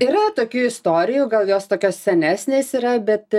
yra tokių istorijų gal jos tokios senesnės yra bet